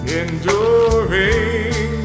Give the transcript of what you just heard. enduring